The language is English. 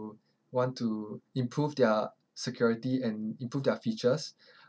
want to improve their security and improve their features